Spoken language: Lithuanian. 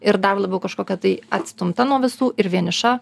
ir dar labiau kažkokia tai atstumta nuo visų ir vieniša